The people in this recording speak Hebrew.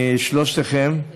עם שלושתכם,